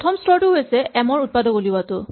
প্ৰথম স্তৰটো হৈছে এম ৰ উৎপাদক উলিওৱাটো